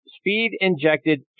speed-injected